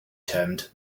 termed